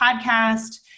podcast